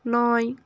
নয়